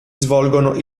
svolgono